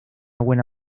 buena